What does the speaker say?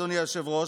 אדוני היושב-ראש,